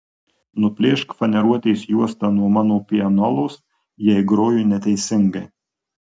nuplėšk faneruotės juostą nuo mano pianolos jei groju neteisingai